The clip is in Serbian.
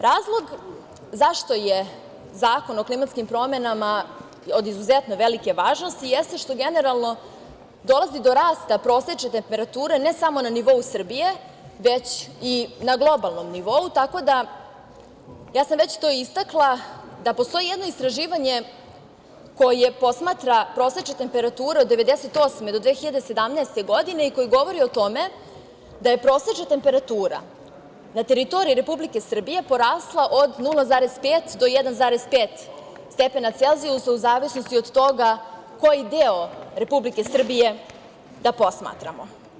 Razlog zašto je Zakon o klimatskim promenama od izuzetno velike važnosti jeste što generalno dolazi do rasta prosečne temperature ne samo na nivou Srbije, već i na globalnom nivou, tako da, ja sam već to istakla, da postoji jedno istraživanje koje posmatra prosečne temperature od 1998. do 2017. godine i koje govori o tome da je prosečna temperatura na teritoriji Republike Srbije porasla od 0,5 do 1,5 stepena celzijusa, u zavisnosti od toga koji deo Republike Srbije da posmatramo.